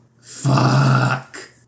Fuck